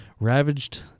ravaged